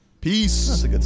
Peace